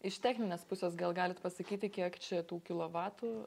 iš techninės pusės gal galit pasakyti kiek čia tų kilovatų